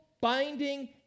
binding